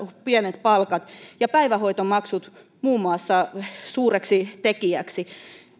pienet palkat ja päivähoitomaksut suuriksi tekijöiksi